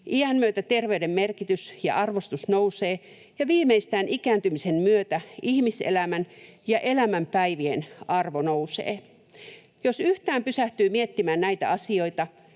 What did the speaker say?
Iän myötä terveyden merkitys ja arvostus nousee, ja viimeistään ikääntymisen myötä ihmiselämän ja elämän päivien arvo nousee. Jos yhtään pysähtyy miettimään näitä asioita